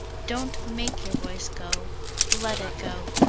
don't make your voice go let it go.